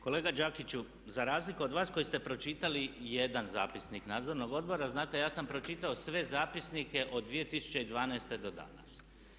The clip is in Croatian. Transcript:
Kolega Đakiću za razliku od vas koji ste pročitali jedan zapisnik nadzornog odbora znate ja sam pročitao sve zapisnike od 2012. do danas.